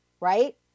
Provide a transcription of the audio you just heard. Right